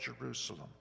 Jerusalem